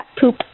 poop